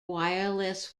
wireless